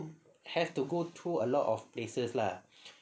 have to go through a lot of places lah